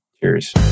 Cheers